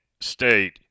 State